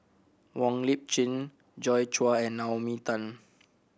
Wong Lip Chin Joi Chua and Naomi Tan